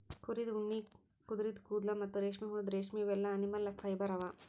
ಕುರಿದ್ ಉಣ್ಣಿ ಕುದರಿದು ಕೂದಲ ಮತ್ತ್ ರೇಷ್ಮೆಹುಳದ್ ರೇಶ್ಮಿ ಇವೆಲ್ಲಾ ಅನಿಮಲ್ ಫೈಬರ್ ಅವಾ